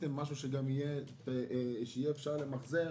שעשיתם משהו שגם יהיה אפשר למחזר